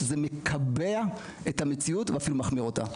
זה מקבע את המציאות ואפילו מחמיר אותה.